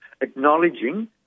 acknowledging